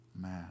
man